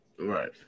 right